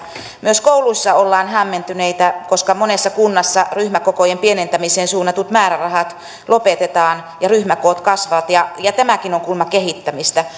myös kouluissa ollaan hämmentyneitä koska monessa kunnassa ryhmäkokojen pienentämiseen suunnatut määrärahat lopetetaan ja ryhmäkoot kasvavat ja ja tämäkin on kuulemma kehittämistä